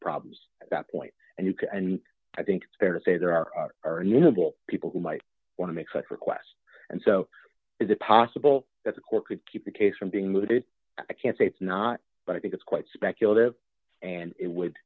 problems at that point and you could and i think it's fair to say there are innumerable people who might want to make such request and so is it possible that a court could keep the case from being mooted i can't say it's not but i think it's quite speculative and it would